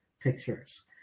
pictures